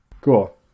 cool